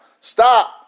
stop